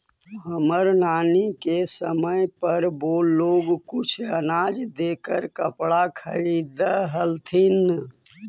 हमर नानी के समय पर वो लोग कुछ अनाज देकर कपड़ा खरीदअ हलथिन